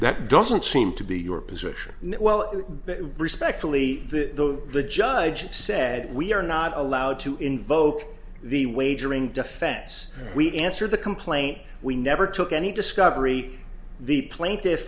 that doesn't seem to be your position well respectfully the the judge said we are not allowed to invoke the wagering defense we answer the complaint we never took any discovery the plaintiffs